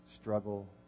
struggle